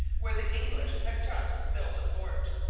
where the english had just built a fort.